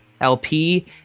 LP